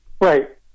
Right